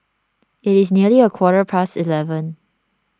it is nearly a quarter past eleven